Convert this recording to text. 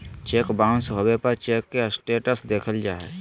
cheque bounce होबे पर cheque के स्टेटस देखल जा हइ